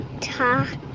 talk